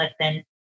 listen